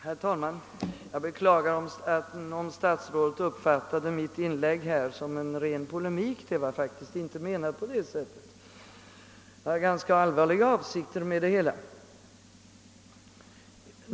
Herr talman! Jag beklagar om statsrådet uppfattade mitt inlägg här som en ren polemik. Det var faktiskt inte menat på det sättet, utan jag har allvarliga avsikter.